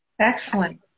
Excellent